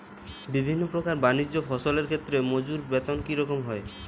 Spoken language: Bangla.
বিভিন্ন প্রকার বানিজ্য ফসলের ক্ষেত্রে মজুর বেতন কী রকম হয়?